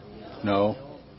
No